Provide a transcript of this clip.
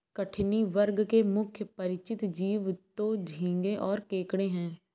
कठिनी वर्ग के मुख्य परिचित जीव तो झींगें और केकड़े हैं